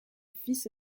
fils